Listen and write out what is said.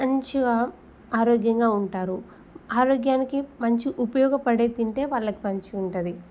మంచిగా ఆరోగ్యంగా ఉంటారు ఆరోగ్యానికి మంచి ఉపయోగపడేవి తింటే వాళ్ళకి మంచిగా ఉంటుంది